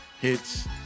hits